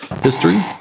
history